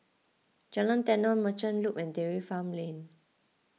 Jalan Tenon Merchant Loop and Dairy Farm Lane